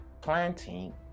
planting